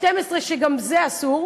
שגם זה אסור,